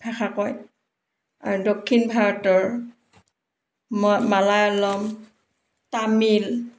ভাষা কয় আৰু দক্ষিণ ভাৰতৰ ম মালয়লম তামিল